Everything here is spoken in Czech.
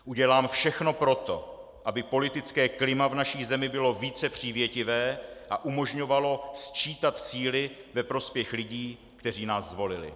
Udělám všechno pro to, aby politické klima v naší zemi bylo více přívětivé a umožňovalo sčítat síly ve prospěch lidí, kteří nás zvolili.